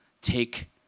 take